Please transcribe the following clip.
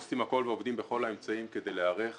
עושים הכול ועובדים בכל האמצעים כדי להיערך